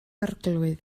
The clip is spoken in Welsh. arglwydd